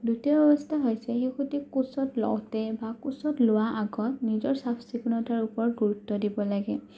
দ্বিতীয় ব্যৱস্থা হৈছে শিশুটিক কোঁচত লওঁতে বা কোঁচত লোৱাৰ আগতে নিজৰ চাফ চিকুণতাৰ ওপৰত গুৰুত্ব দিব লাগে